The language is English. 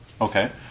Okay